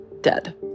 dead